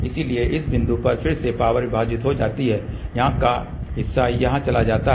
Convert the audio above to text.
इसलिए इस बिंदु पर फिर से पावर विभाजित हो जाती है यहाँ का हिस्सा यहाँ चला जाता है